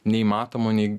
nei matomų nei